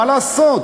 מה לעשות,